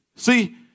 See